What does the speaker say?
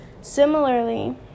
Similarly